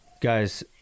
guys